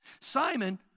Simon